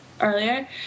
earlier